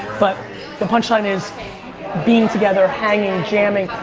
but the punchline is being together, hanging, jamming,